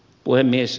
puhemies